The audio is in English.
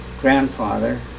grandfather